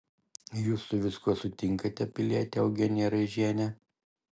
jūs su viskuo sutinkate piliete eugenija raižiene